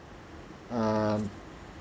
um